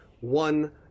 one